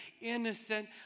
innocent